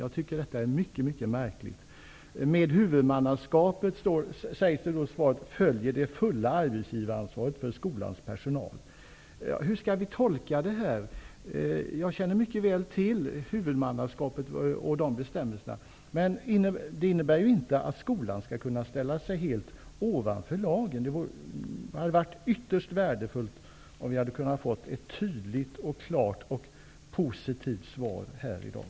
Jag tycker att detta är mycket märkligt. Det sägs i svaret: ''Med huvudmannaskapet följer det fulla arbetsgivaransvaret för skolans personal.'' Hur skall vi tolka detta? Jag känner mycket väl till bestämmelserna om huvudmannaskapet, och de innebär inte att skolan skall kunna ställa sig helt ovanför lagen. Det hade varit ytterst värdefullt om vi hade kunnat få ett tydligt, klart och positivt svar här i dag.